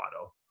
auto